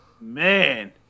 man